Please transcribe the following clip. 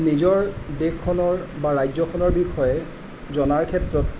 নিজৰ দেশখনৰ বা ৰাজ্যখনৰ বিষয়ে জনাৰ ক্ষেত্ৰত